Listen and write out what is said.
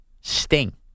Sting